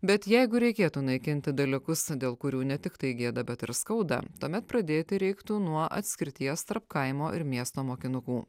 bet jeigu reikėtų naikinti dalykus dėl kurių ne tiktai gėda bet ir skauda tuomet pradėti reiktų nuo atskirties tarp kaimo ir miesto mokinukų